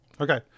Okay